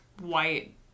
white